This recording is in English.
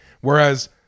Whereas